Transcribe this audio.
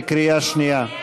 בקריאה שנייה.